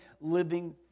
living